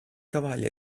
cavalli